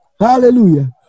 Hallelujah